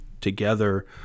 together